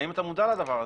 האם אתה מודע לדבר הזה?